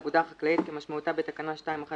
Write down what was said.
"אגודה חקלאית" כמשמעותה בתקנה 2(1)